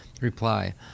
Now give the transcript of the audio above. reply